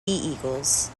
eagles